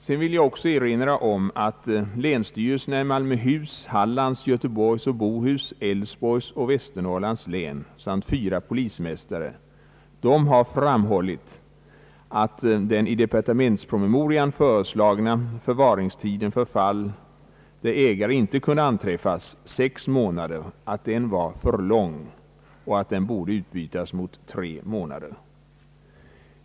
Jag vill också erinra om att länsstyrelserna i Malmöhus, Hallands, Göteborgs och Bohus, Älvsborgs och Västernorrlands län samt fyra polismästare har framhållit att den i departementspromemorian föreslagna förvaringstiden av sex månader i fall där ägaren inte kunnat anträffas är för lång och borde förkortas till tre månader.